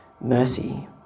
mercy